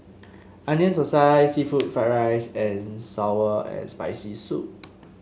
Onion Thosai seafood Fried Rice and sour and Spicy Soup